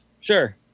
Sure